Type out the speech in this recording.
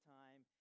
time